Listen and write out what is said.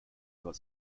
about